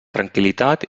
tranquil·litat